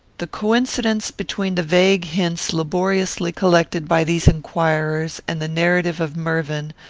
the coincidence between the vague hints laboriously collected by these inquirers, and the narrative of mervyn,